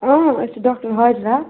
اۭں أسۍ چھِ ڈاکٹر حاجِرا